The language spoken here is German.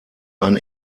ein